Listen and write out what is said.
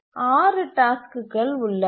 6 டாஸ்க்குகள் உள்ளன